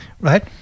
Right